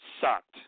sucked